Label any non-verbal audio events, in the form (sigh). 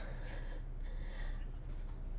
(breath)